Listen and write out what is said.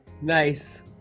Nice